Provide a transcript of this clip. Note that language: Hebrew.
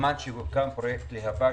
בזמן שהוקם פרויקט להב"ה.